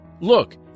Look